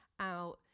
out